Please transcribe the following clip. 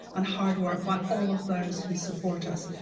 and hard work by all of those who support us.